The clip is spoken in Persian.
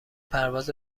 پرواز